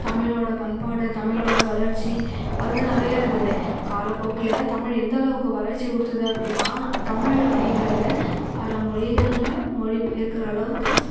தமிழோட பண்பாடு தமிழோட வளர்ச்சி அது வந்து நிறையா இருந்துது காலப்போக்கில் தமிழ் எந்த அளவுக்கு வளர்ச்சி கொடுத்துது அப்படின்னா தமிழ் அப்படிங்கிறத பல மொழிகளில் மொழி பெயர்க்கிற அளவுக்கு